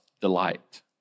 delight